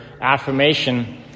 affirmation